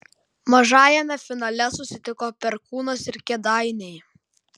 mažajame finale susitiko perkūnas ir kėdainiai